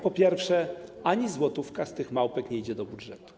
Po pierwsze, ani złotówka z tych małpek nie idzie do budżetu.